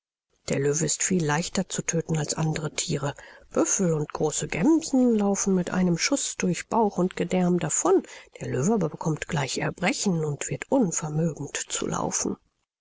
der löwe ist viel leichter zu tödten als andere thiere büffel und große gemsen laufen mit einem schuß durch bauch und gedärme davon der löwe aber bekommt gleich erbrechen und wird unvermögend zu laufen